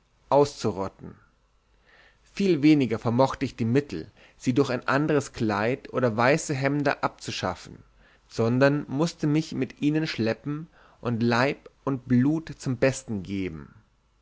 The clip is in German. auszurotten viel weniger vermochte ich die mittel sie durch ein ander kleid oder weiße hemder abzuschaffen sondern mußte mich mit ihnen schleppen und leib und blut zum besten geben